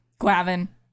Gavin